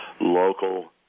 local